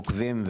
עוקבים,